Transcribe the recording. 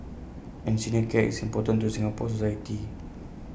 and senior care is important to Singapore society